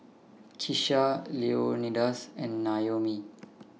Kisha Leonidas and Naomi